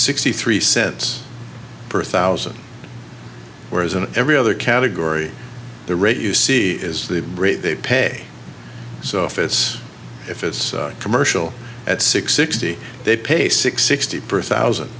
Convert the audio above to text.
sixty three cents per thousand whereas an every other category the rate you see is the rate they pay so if it's if it's commercial at six sixty they pay six sixty per thousand